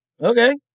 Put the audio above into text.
Okay